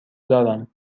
دارم